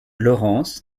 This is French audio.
laurence